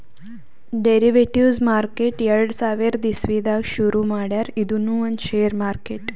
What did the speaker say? derivatives market ಎರಡ ಸಾವಿರದ್ ಇಸವಿದಾಗ್ ಶುರು ಮಾಡ್ಯಾರ್ ಇದೂನು ಒಂದ್ ಷೇರ್ ಮಾರ್ಕೆಟ್